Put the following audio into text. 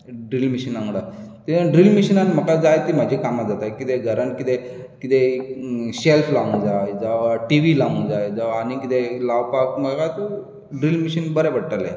drill मॅशीना वांगडा ते ड्रील मॅशीनान जायतीं म्हजीं कामां जाता कितें घरांत कितें कितें एक शॅल्फ लावंक जाय जावं टी वी लावंक जाय जावं आनी कितें लावपाक ड्रील मॅशीन बऱ्या पडटलें